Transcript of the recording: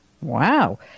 Wow